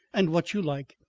and what you like.